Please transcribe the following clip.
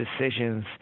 decisions